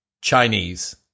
Chinese